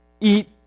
eat